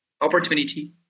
opportunity